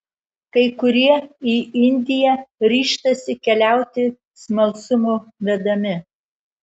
kai kurie į indiją ryžtasi keliauti smalsumo vedami